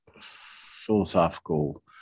philosophical